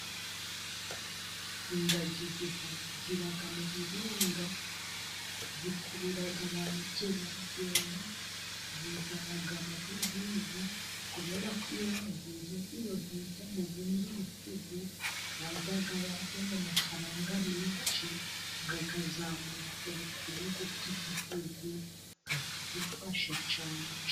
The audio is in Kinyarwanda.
Ingagi ziba mu birunga, zikurura ba mukerarugendo zizana amadovizi, kubera ko iyo bavuye iyo hijya mu bindi bihugu baza bazanye amafaranga menshi, kazamura ubukungu bw'igihugu bakadufasha cyane.